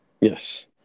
Yes